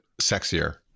sexier